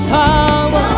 power